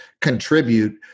contribute